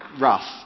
rough